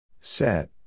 Set